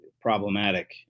problematic